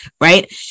right